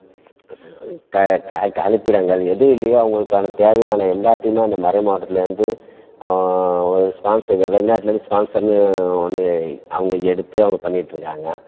க க க கழிப்பிடங்கள் எதுவும் இல்லையோ அவங்களுக்கான தேவையான எல்லாத்தையுமே அந்த மறை மாவட்டத்துலேருந்து ஒரு ஸ்பான்சர் வெ வெளிநாட்டிலேருந்து ஸ்பான்சர்னு ஒன்று அவங்க எடுத்து அவங்க பண்ணிகிட்ருக்காங்க